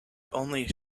only